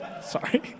Sorry